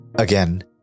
Again